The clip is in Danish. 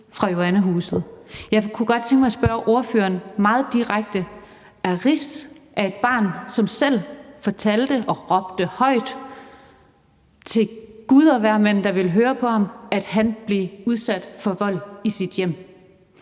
fra Joannahuset, og jeg kunne godt tænke mig at stille ordføreren et meget direkte spørgsmål. Ariz er et barn, som selv fortalte og råbte højt til Gud og hvermand, der ville høre på ham, at han blev udsat for vold i sit hjem.